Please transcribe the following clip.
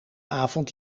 avond